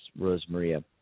Rosemaria